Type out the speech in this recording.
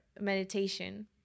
meditation